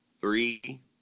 Three